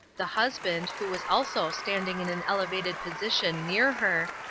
the husband, who was also standing in an elevated position near her,